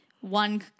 one